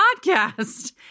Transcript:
podcast